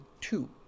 two